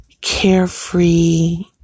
carefree